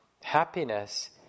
happiness